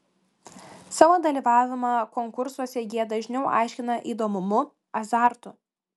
savo dalyvavimą konkursuose jie dažniau aiškina įdomumu azartu